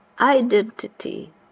identity